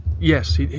Yes